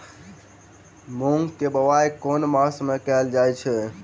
मूँग केँ बोवाई केँ मास मे कैल जाएँ छैय?